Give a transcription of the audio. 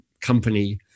company